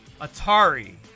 Atari